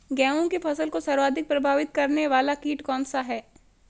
गेहूँ की फसल को सर्वाधिक प्रभावित करने वाला कीट कौनसा है?